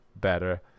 better